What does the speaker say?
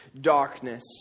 darkness